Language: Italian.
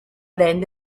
band